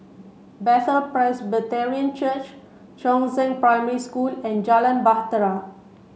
Bethel Presbyterian Church Chongzheng Primary School and Jalan Bahtera